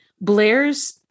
Blair's